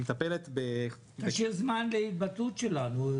מטפלת -- תשאיר זמן להתבטאות שלנו.